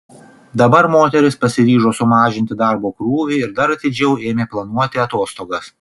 dabar moteris pasiryžo sumažinti darbo krūvį ir dar atidžiau ėmė planuoti atostogas